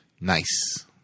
Nice